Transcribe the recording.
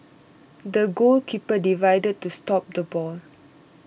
the goalkeeper dived to stop the ball